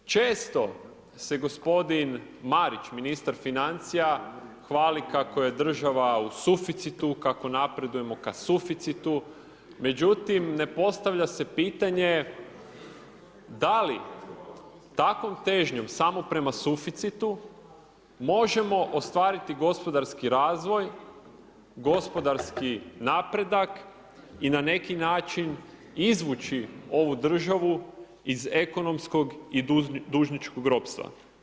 Često se gospodin Marić, ministar financija, hvali kako je država u suficitu, kako napredujemo ka suficitu, međutim ne postavlja se pitanje, da li takvom težnjom samo prema suficitu možemo ostvariti gospodarski razvoj, gospodarski napredak i na neki način izvući ovu državu iz ekonomskog i dužničkog ropstva.